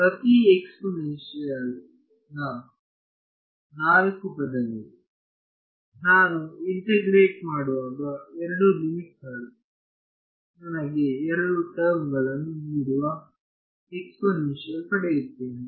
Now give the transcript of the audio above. ಪ್ರತಿ ಎಕ್ಸ್ಪೋನೆಂಶಿಯಲ್ ನ ನಾಲ್ಕು ಪದಗಳು ನಾನು ಇಂಟಗ್ರೆಟ್ ಮಾಡುವಾಗ ಎರಡು ಲಿಮಿಟ್ ಗಳು ನನಗೆ ಎರಡು ಟರ್ಮ್ ಗಳನ್ನು ನೀಡುವ ಎಕ್ಸ್ಪೋನೆಂಶಿಯಲ್ ಪಡೆಯುತ್ತೇನೆ